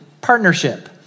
partnership